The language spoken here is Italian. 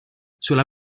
sulla